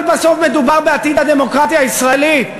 אבל בסוף מדובר בעתיד הדמוקרטיה הישראלית.